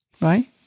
right